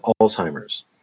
Alzheimer's